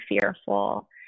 fearful